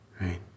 Right